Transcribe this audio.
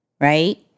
right